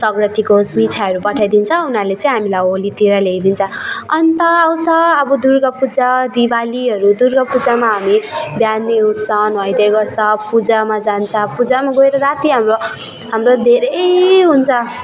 सक्रान्तिको मिठाईहरू पठाइदिन्छ उनीहरूले ऩ हामीलाई होलीतिर ल्याइदिन्छ अनि त आउँछ अब दुर्गा पूजा दिवालीहरू दुर्गा पूजामा हामी बिहानै उठ्छ नुहाइधुवाइ गर्छ पूजामा जान्छ पूजामा गएर राती हाम्रो हाम्रो धेरै हुन्छ